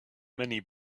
many